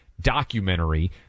documentary